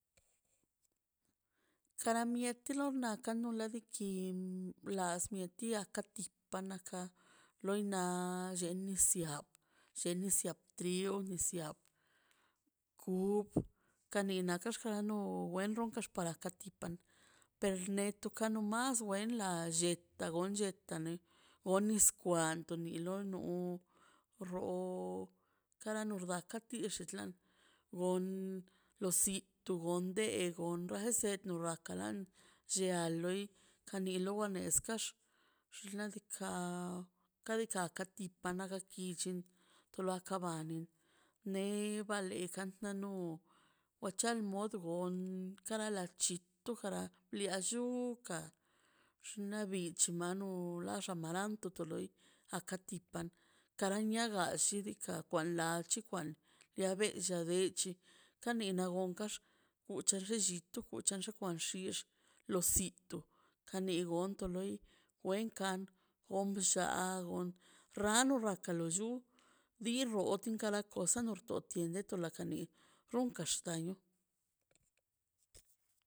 Kara mieti kano la kara kin las mieti aka pana ka loi na lle nisyab llenisyab tri nis yab kup kanina kaxninop o wentox kara katipan perne tu pakanasla wendi yeta gonche ta nei o niskwantoni dilo no noo kara u darkan tixilan gon losintulo onde golran nesed niganturan llia loi kanina wa leska xinladika kadika wakano aga kichin tolo akabani nei bale kanta noi wa chal nodboi on kara la chi tu kara lia ka lluka xnaꞌ bich xnaꞌ no o xa amaranto to loi aka tipan kara niagash shli diikaꞌ kwan la chikwan llia dechi kani nan gonxkan ucha lo llito uchan lo wanxix lo sito kani gonto loi wenkan rano laka nullu bin run bikara gosanan lor tientin deto laka ni runkan xtanio